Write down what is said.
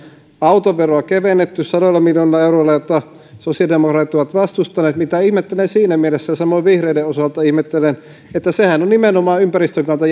autoveroa on kevennetty sadoilla miljoonilla euroilla mitä sosiaalidemokraatit ovat vastustaneet mitä ihmettelen siinä mielessä samoin vihreiden osalta ihmettelen kun sehän on nimenomaan ympäristön kannalta